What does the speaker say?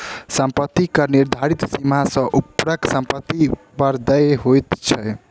सम्पत्ति कर निर्धारित सीमा सॅ ऊपरक सम्पत्ति पर देय होइत छै